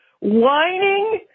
whining